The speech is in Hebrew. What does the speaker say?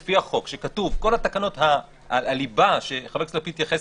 בכל תקנות הליבה שחבר הכנסת לפיד התייחס